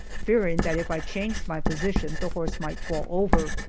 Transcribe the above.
fearing that if i changed my position the horse might fall over.